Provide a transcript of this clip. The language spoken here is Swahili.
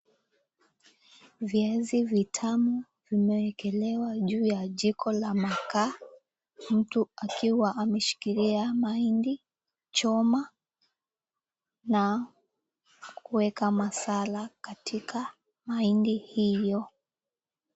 Viazi vitamu vimewekelewa juu ya jiko la makaa, mtu akiwa ameshikilia mahindi, choma na kuweka masala katika mahindi hiyo.